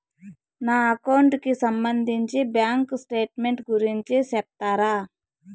నా అకౌంట్ కి సంబంధించి బ్యాంకు స్టేట్మెంట్ గురించి సెప్తారా